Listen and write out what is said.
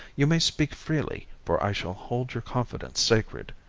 you may speak freely, for i shall hold your confidence sacred.